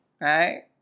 right